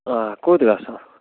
آ کوٚت گَژھو